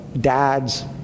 dads